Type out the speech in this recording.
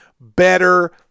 better